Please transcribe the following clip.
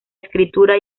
escritura